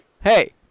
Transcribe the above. Hey